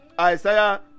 isaiah